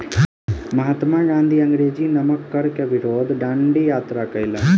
महात्मा गाँधी अंग्रेजी नमक कर के विरुद्ध डंडी यात्रा कयलैन